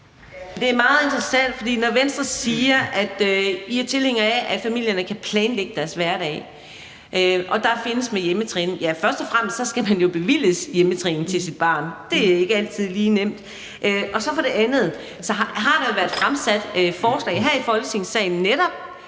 Det er meget interessant, når Venstre for det første siger, at I er tilhængere af, at familierne kan planlægge deres hverdag, og at der findes hjemmetræning. Ja, først og fremmest skal man jo bevilges hjemmetræning til sit barn, og det er ikke altid lige nemt. For det andet har der jo her i Folketingssalen netop